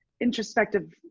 introspective